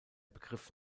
begriff